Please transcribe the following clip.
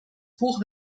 buch